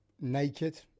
naked